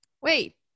wait